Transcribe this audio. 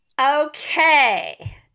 Okay